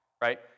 right